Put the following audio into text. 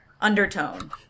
undertone